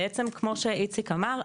כמו שאיציק אמר,